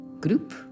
group